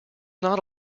not